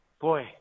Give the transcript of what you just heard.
boy